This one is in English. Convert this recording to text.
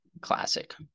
Classic